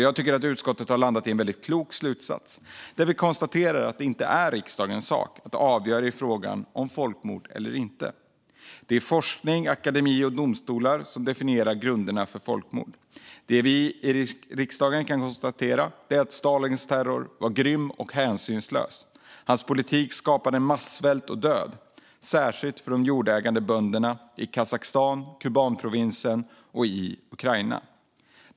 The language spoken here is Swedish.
Jag tycker att utskottet har landat i en väldigt klok slutsats där vi konstaterar att det inte är riksdagens sak att avgöra i frågan om det är ett folkmord eller inte. Det är forskning, akademi och domstolar som definierar grunderna för folkmord. Det vi i riksdagen kan konstatera är att Stalins terror var grym och hänsynslös. Hans politik skapade massvält och död, särskilt för de jordägande bönderna i Kazakstan, Kubanprovinsen och Ukraina.